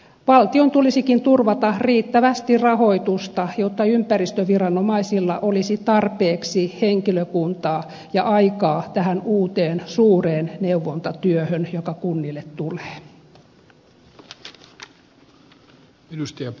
valtion tulisikin turvata riittävästi rahoitusta jotta ympäristöviranomaisilla olisi tarpeeksi henkilökuntaa ja aikaa tähän uuteen suureen neuvontatyöhön joka kunnille tulee